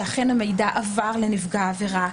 שאכן המידע עבר לנפגע העבירה,